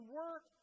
work